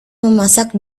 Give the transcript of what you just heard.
memasak